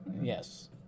Yes